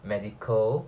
medical